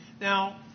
Now